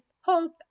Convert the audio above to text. hope